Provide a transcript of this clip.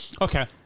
Okay